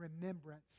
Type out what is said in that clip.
remembrance